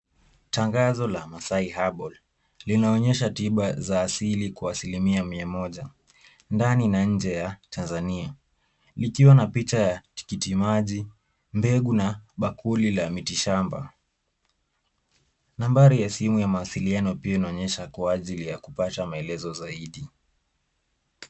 Tangazo la Maasai Herbal linaonyesha tiba za asili kwa asilimia mia moja ndani na nje ya Tanzania. Likiwa na picha ya tikitimaji, mbegu na bakuli la miti shamba. Nambari ya simu ya mawasiliano pia inaonyesha kwa ajili ya kupasha maelezo zaidi.